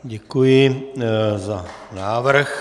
Děkuji za návrh.